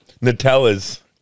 Nutella's